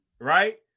right